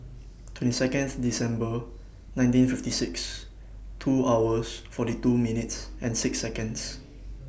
twenty Seconds December nineteen fifty six two hours forty two minutes and six Seconds